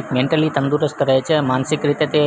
એક મેન્ટલી તંદુરસ્ત રહે છે માનસિક રીતે તે